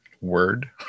word